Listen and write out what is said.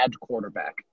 quarterback